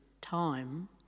time